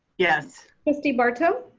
yes. trustee barto.